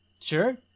Sure